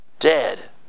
dead